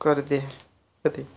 କରିଦେ ଏତିକି